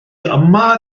yma